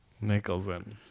Nicholson